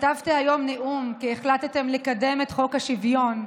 כתבתי היום נאום כי החלטתם לקדם את חוק השוויון,